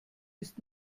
ist